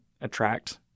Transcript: attract